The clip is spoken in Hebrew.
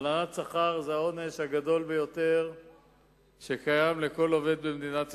הלנת שכר היא העונש הגדול ביותר לכל עובד במדינת ישראל,